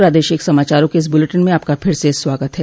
प्रादेशिक समाचारों के इस बुलेटिन में आपका फिर से स्वागत है